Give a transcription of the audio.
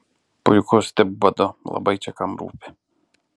puiku stipk badu labai čia kam rūpi